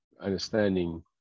understanding